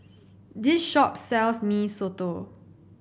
this shop sells Mee Soto